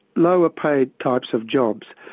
lower paid types of jobs,